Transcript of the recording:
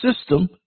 system